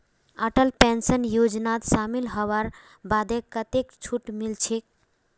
Atal pension योजनात शामिल हबार बादे कतेक छूट मिलछेक